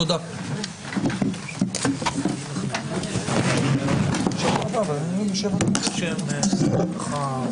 הישיבה ננעלה בשעה 11:05.